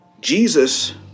Jesus